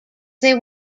they